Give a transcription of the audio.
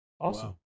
Awesome